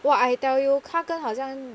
!wah! I tell you 他刚好像